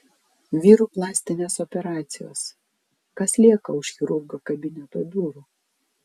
vyrų plastinės operacijos kas lieka už chirurgo kabineto durų